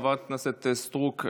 חברת הכנסת סטרוק,